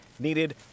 needed